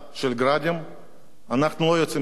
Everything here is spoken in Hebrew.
אנחנו לא יוצאים לשם, מסיבה אחת פשוטה: